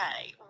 Okay